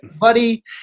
buddy